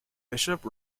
bishop